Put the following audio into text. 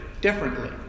differently